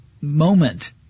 moment